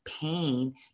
pain